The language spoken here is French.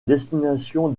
destination